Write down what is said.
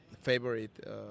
favorite